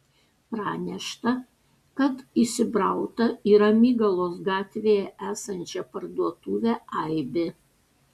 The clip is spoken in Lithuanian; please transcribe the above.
pranešta kad įsibrauta į ramygalos gatvėje esančią parduotuvę aibė